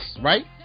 right